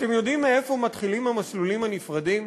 אתם יודעים מאיפה מתחילים המסלולים הנפרדים?